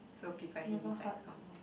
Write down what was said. so people hate it like come